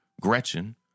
Gretchen